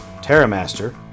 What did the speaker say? Terramaster